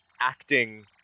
acting